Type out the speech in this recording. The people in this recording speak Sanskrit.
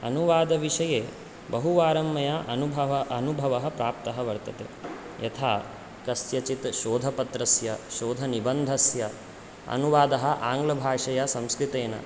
अनुवादविषये बहुवारं मया अनुभः अनुभवः प्राप्तः वर्तते यथा कस्यचित् शोधपत्रस्य शोधनिबन्धस्य अनुवादः आङ्ग्लभाषया संस्कृतेन